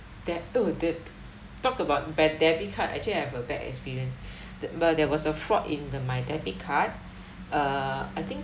de~ oh that talk about bad debit card actually I have a bad experience the there was a fraud in the my debit card uh I think